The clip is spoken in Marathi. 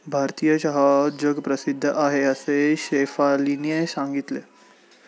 भारतीय चहा जगप्रसिद्ध आहे असे शेफालीने सांगितले